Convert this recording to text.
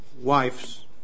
wives